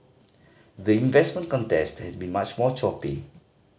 the investment contest has been much more choppy